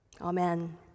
Amen